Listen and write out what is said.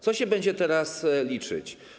Co się będzie teraz liczyć?